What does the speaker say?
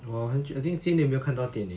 我很确定今年没有看到电影